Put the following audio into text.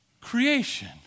creation